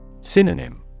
Synonym